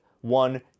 one